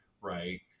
right